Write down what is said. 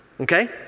Okay